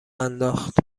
انداخت